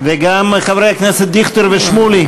וגם חברי הכנסת דיכטר ושמולי.